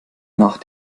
nach